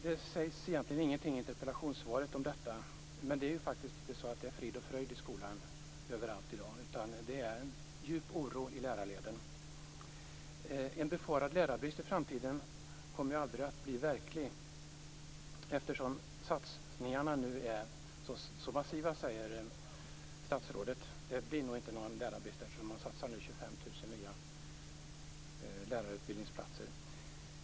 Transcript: Det sägs egentligen ingenting i interpellationssvaret om detta. Det är faktiskt inte så att det är frid och fröjd i skolan överallt i dag. I stället finns det en djup oro i lärarleden. Befarad lärarbrist i framtiden kommer aldrig att bli verklig eftersom satsningarna nu är så massiva, säger statsrådet - det blir nog ingen lärarbrist eftersom man nu satsar på 25 000 nya lärarutbildningsplatser.